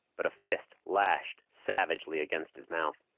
but a fist lashed savagely against his mouth.